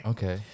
Okay